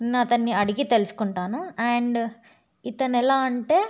నేను అతనిని అడిగి తెలుసుకుంటాను అండ్ ఇతను ఎలా అంటే